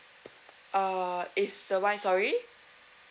uh is the wi~ sorry